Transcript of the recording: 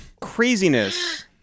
Craziness